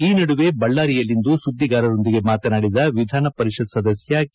ಈ ನದುವೆ ಬಳ್ಳಾರಿಯಲ್ಲಿಂದು ಸುದ್ದಿಗಾರರೊಂದಿಗೆ ಮಾತನಾಡಿದ ವಿಧಾನಪರಿಷತ್ ಸದಸ್ಯ ಕೆ